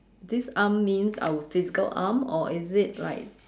this arm means our physical arm or is it like